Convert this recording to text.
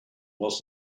was